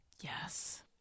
Yes